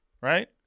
Right